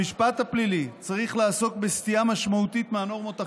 המשפט הפלילי צריך לעסוק בסטייה משמעותית מהנורמות החברתיות.